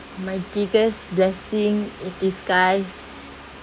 my biggest blessing in disguise